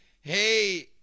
hey